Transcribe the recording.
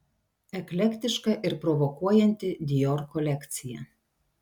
eklektiška ir provokuojanti dior kolekcija